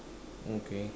okay